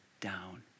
down